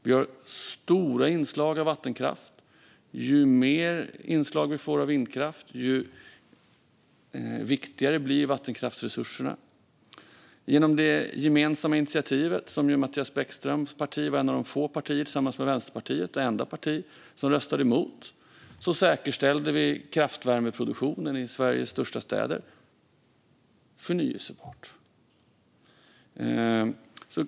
Vi har stora inslag av vattenkraft - ju mer inslag vi får av vindkraft, desto viktigare blir vattenkraftresurserna. Genom det gemensamma initiativet, som ju Mattias Bäckström Johanssons parti och Vänsterpartiet var ensamma om att rösta emot, säkerställde vi - förnybart - kraftvärmeproduktionen i Sveriges största städer.